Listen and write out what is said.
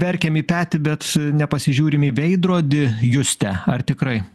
verkiam į petį bet nepasižiūrim į veidrodį juste ar tikrai